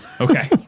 Okay